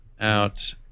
out